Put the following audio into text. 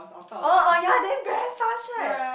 oh oh ya then very fast right